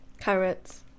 Carrots